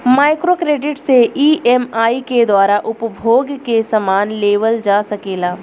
micro credit से EMI के द्वारा उपभोग के समान लेवल जा सकेला